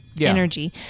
energy